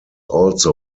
also